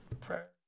prayer